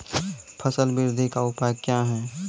फसल बृद्धि का उपाय क्या हैं?